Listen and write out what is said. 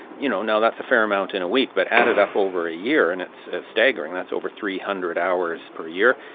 you know that's a fair amount in a week, but add it up over a year and it's staggering, that's over three hundred hours per year,